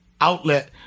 outlet